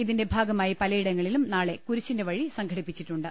ഇതിന്റെ ഭാഗമായി പലയിട ങ്ങളിലും നാളെ കുരിശിന്റെ വഴി സംഘടിപ്പിച്ചിട്ടുണ്ട്